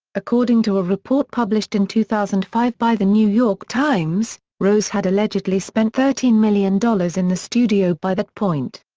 according to a report published in two thousand and five by the new york times, rose had allegedly spent thirteen million dollars in the studio by that point.